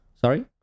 Sorry